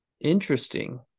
interesting